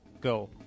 Go